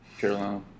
Carolina